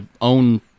own